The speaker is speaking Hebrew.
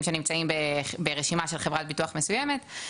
שנמצאים ברשימה של חברת ביטוח מסוימת,